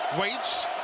waits